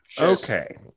Okay